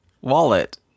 wallet